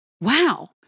Wow